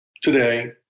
today